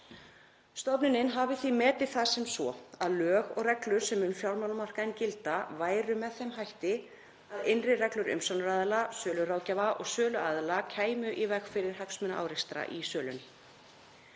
Stofnunin hafi því metið það sem svo að lög og reglur sem um fjármálamarkaðinn gilda væru með þeim hætti að innri reglur umsjónaraðila, söluráðgjafa og söluaðila kæmu í veg fyrir hagsmunaárekstra í sölunni.